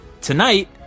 tonight